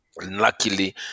Luckily